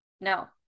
no